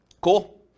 cool